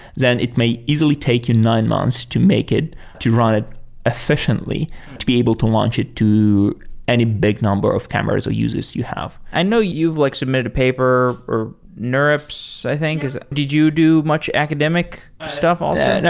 then it may easily take you nine months to make it to run it efficiently to be able to launch it to any big number of cameras or users you have i know you've like submitted a paper, or neurips i think did you do much academic stuff also?